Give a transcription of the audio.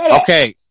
Okay